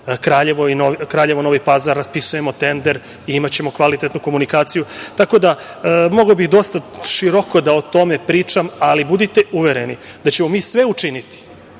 Kraljevo-Novi Pazar. Raspisujemo tender i imaćemo kvalitetnu komunikaciju. Tako da, mogao bih dosta široko o tome da pričam, ali budite uvereni da ćemo mi sve učiniti